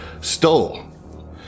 stole